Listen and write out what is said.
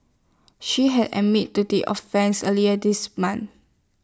she had admitted to the offences earlier this month